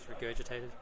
Regurgitated